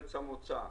בארץ המוצא.